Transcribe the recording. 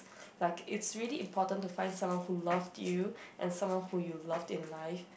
like is really important to find someone who love you and someone who you love in life